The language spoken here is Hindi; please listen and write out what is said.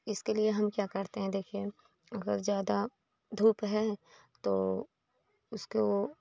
इसके लिए हम क्या करते हैं देखिए अगर ज्यादा धूप है तो उसको